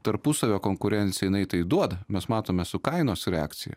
tarpusavio konkurencija jinai tai duoda mes matome su kainos reakcija